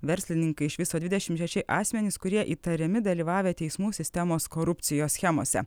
verslininkai iš viso dvidešimt šeši asmenys kurie įtariami dalyvavę teismų sistemos korupcijos schemose